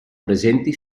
presenti